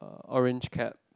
orange cap